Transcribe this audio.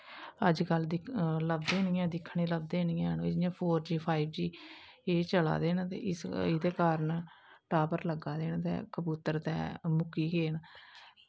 अज्ज कल लब्भदे नी हैन दिक्खनें गी लब्भदे नी हैन जियां फोर जी फाईव जी एह् चला दे न ते एह्दे कारण टॉवर लग्गा दा न ते कबूतर ते मुक्की गे न